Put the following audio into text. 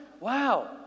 Wow